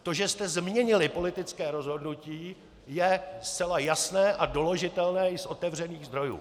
To, že jste změnili politické rozhodnutí, je zcela jasné a doložitelné i z otevřených zdrojů.